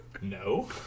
No